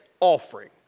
offering